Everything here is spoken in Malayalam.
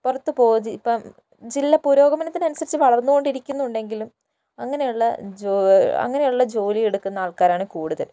ജില്ല പുരോഗമനത്തിനനുസരിച്ച് വളർന്നു കൊണ്ടിരിക്കുന്നുണ്ടെങ്കിലും അങ്ങനെയുള്ള അങ്ങനെയുള്ള ജോലി എടുക്കുന്ന ആൾക്കാരാണ് കൂടുതൽ